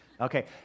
Okay